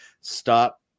stop